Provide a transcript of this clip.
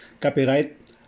Copyright